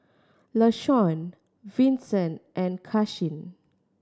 Lashawn Vinson and Karsyn